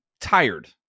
tired